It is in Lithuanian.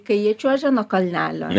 kai jie čiuožia nuo kalnelio